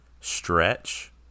stretch